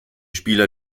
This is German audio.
spieler